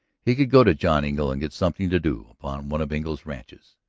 he could go to john engle and get something to do upon one of engle's ranches.